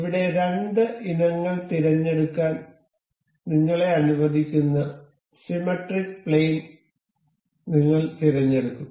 ഇവിടെ രണ്ട് ഇനങ്ങൾ തിരഞ്ഞെടുക്കാൻ നിങ്ങളെ അനുവദിക്കുന്ന സിമെട്രിക് പ്ലെയിൻ നിങ്ങൾ തിരഞ്ഞെടുക്കും